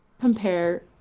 compare